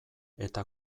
eta